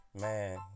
man